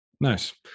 Nice